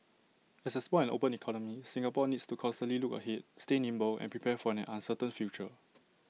as A small and open economy Singapore needs to constantly look ahead stay nimble and prepare for an uncertain future